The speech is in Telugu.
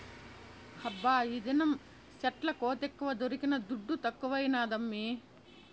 హబ్బా ఈదినం సెట్ల కోతెక్కువ దొరికిన దుడ్డు తక్కువైనాదమ్మీ